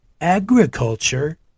agriculture